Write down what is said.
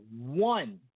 one